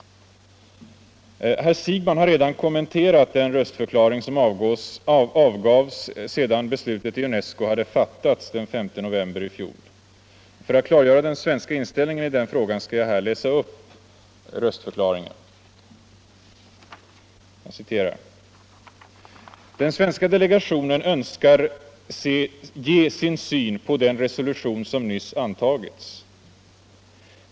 Herr Siegbahn har redan kommenterat den röstförklaring som avgavs av Sverige sedan beslutet i UNESCO hade fattats den 5 november i fjol. För att klargöra den svenska inställningen i frågan skall jag här läsa upp röstförklaringen: ”Den svenska delegationen önskar ge sin syn på den resolution som nyss antagits.